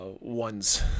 one's